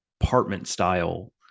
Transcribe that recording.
apartment-style